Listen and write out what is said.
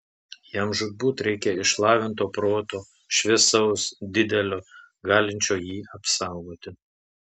jam žūtbūt reikia išlavinto proto šviesaus didelio galinčio jį apsaugoti